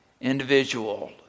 individual